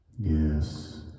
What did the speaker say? Yes